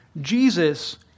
Jesus